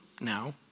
now